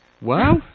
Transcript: Wow